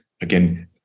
Again